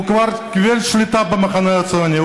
הוא כבר קיבל שליטה במחנה הציוני.